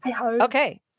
Okay